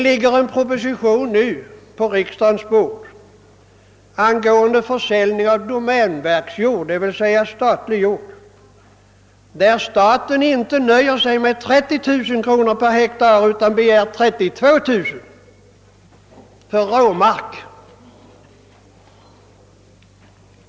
På riksdagens bord ligger nu en proposition angående försäljning av domänverksjord, d.v.s. statlig jord, där staten inte nöjer sig med 30 000 kronor per hektar utan begär 32000 kronor för råmarken.